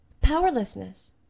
powerlessness